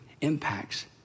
impacts